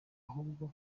ahubwo